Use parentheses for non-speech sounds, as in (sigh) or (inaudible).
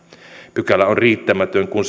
pykälä on riittämätön kun (unintelligible)